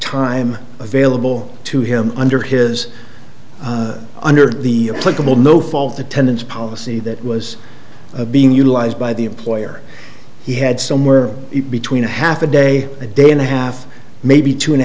time available to him under his under the clickable no fault attendance policy that was being utilized by the employer he had somewhere between a half a day a day and a half maybe two and a